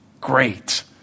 great